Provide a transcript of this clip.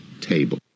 table